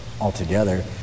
altogether